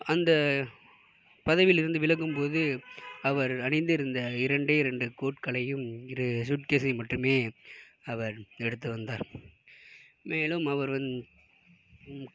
அந்த பதவியில் இருந்து விலகும் போது அவர் அணிந்து இருந்த இரண்டே இரண்டு கோட்டுகளை இரு சூட்கேஸை மட்டும் அவர் எடுத்து வந்தார் மேலும் அவர் வந்து